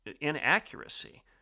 inaccuracy